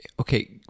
okay